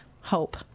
hope